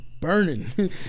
Burning